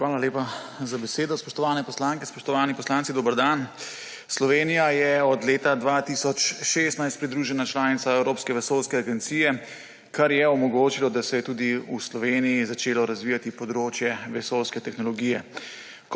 Hvala lepa za besedo. Spoštovane poslanke, spoštovani poslanci, dober dan! Slovenija je od leta 2016 pridružena članica Evropske vesoljske agencije, kar je omogočilo, da se je tudi v Sloveniji začelo razvijati področje vesoljske tehnologije.